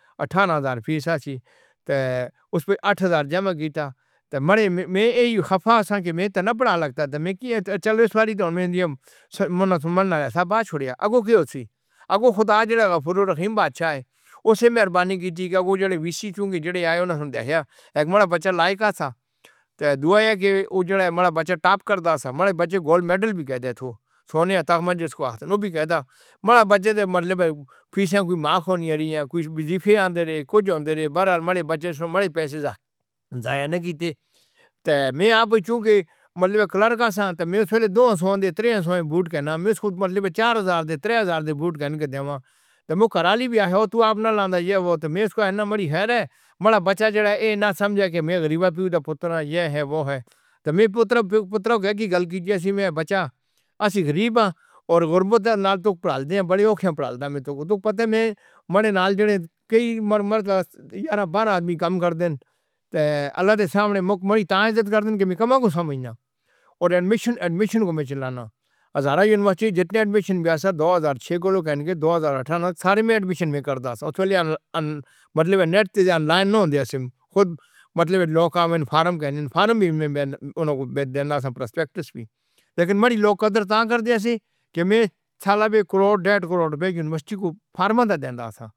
اٹھارہ ہزار فیس ہے اُس پے آٹھ ہزار جمع کیا تھا۔ تو مین یوں خفا ہو گیا کہ مجھے تو پڑھائی نہیں لگتا۔ میں کیا کروں؟ چلو اِس بار تو میں اُنہیں یے منا تو ماننا صحیح چھوڑو۔ اگر کوئی تھا تو خدا جو غفور رحیم اچھا ہے۔ اُسے مہربانی کی تھی کہ وو جسے وی سی۔ چونکہ جو آیا اُس نے دیکھا۔ ایک بڑا بچہ لائق تھا تو دعا ہے کہ وو جو ہے ہمارا بچہ ٹاپ کرتا تھا۔ ہمارے بچے گولڈ میڈل بھی گئے۔ اُسکو سونے کا تخت جسکو ہاتھ میں پکڑا۔ ہمارے بچے تو مطلب پیچھے کوئی ماں کھونی آ رہی ہے۔ کچھ ڈیفرنٹ دیری ہو جاۓ نہ رے برار مارے۔ بچے نے ہمارے پیسے کا نقصان کیا تھا میں آپ ہی کیونکہ مطلب کلرک ہوں۔ میں دو ہزار اور تین ہزار بھوت کہنا میں اُسکو مطلب چار ہزار۔ تیرے ہزار دیبو کہنا کے دیوا۔ تو میں کراالی بھی آیا تو آپ نے لانڈا یے وو تو میں اُسکو نہ مری ہرے ہمارا بچہ جو ہے۔ نہ سمجھا کے میں غریبی کا پُتر یے ہے وو ہے۔ تو میں پُتر۔ پُتر کیا کی گَلّ کی جے ہے بچہ اصلی غریب اور غریباں کے نال تو پڑال دئے بڑے اوکھیا پر آلدا میں تو پتا نہیں ہمارے نال جتنے۔ کئی بار ہمارا آدمی کم کر دے کے اللہ کے سامنے مُکھ ماری۔ تاجت کر دیں گے۔ میں کہاں سمجھنا۔ اور ایڈمیشن۔ ایڈمیشن میں چلانا ہے۔ ہر یونیورسٹی جتنے ایڈمیشن کے لئے دو ہزار چھ کو دو ہزار اٹھارہ سارے ایڈمیشن میں کر دا۔ مطلب نیٹ پر آنلائن ہونڈے ہیں۔ خود مطلب لوکل فارم کے فارم بھی میں اُنہیں بیٹھنے دیتا ہوں۔ پروسپیکٹس بھی۔ لیکن ہماری لوک قدر تو کر دے تے تھے کہ میں سالا بھی۔ کروڑ ڈھائی کروڑ روپے یونیورسٹی کو فرماتا دیندا۔